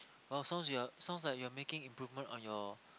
oh sounds you are sounds like you are making improvement on your